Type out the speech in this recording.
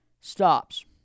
stops